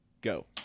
go